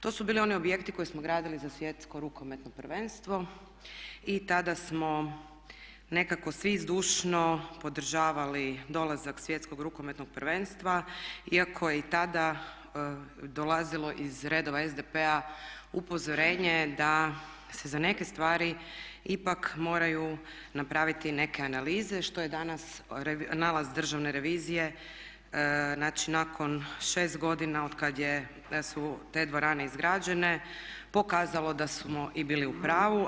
To su bili oni objekti koje smo gradili za Svjetsko rukometno prvenstvo i tada smo nekako svi zdušno podržavali dolazak Svjetskog rukometnog prvenstva iako je i tada dolazilo iz redova SDP-a upozorenje da se za neke stvari ipak moraju napraviti neke analize što je danas nalaz Državne revizije znači nakon 6 godina otkad je da su te dvorane izgrađene pokazalo da smo i bili u pravu.